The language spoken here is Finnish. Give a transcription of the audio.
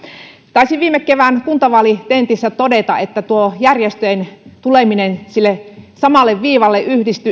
taisin viime kevään kuntavaalitentissä todeta että tuo järjestöjen tuleminen sille samalle viivalle